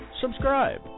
Subscribe